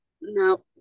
No